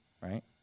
right